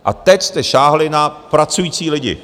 A teď jste sáhli na pracující lidi.